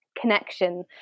connection